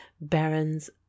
barons